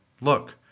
Look